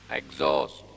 exhaust